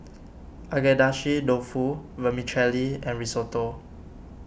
Agedashi Dofu Vermicelli and Risotto